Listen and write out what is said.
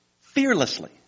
fearlessly